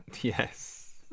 Yes